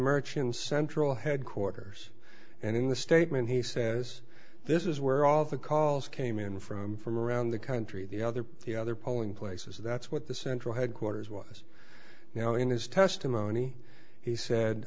merchant's central headquarters and in the statement he says this is where all of the calls came in from from around the country the other the other polling places that's what the central headquarters was you know in his testimony he said